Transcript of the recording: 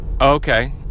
Okay